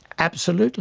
absolutely'